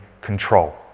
control